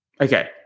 Okay